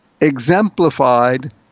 exemplified